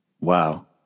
wow